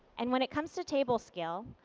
and when it comes to table scale,